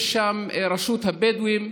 יש שם רשות הבדואים,